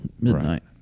midnight